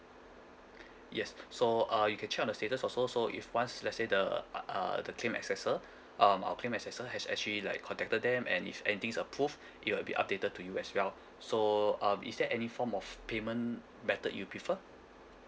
yes so uh you can check on the status also so if once let's say the uh uh the claim assessor um our claim assessor has actually like contacted them and if anything's approve it will be updated to you as well so um is there any form of payment method you prefer